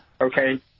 Okay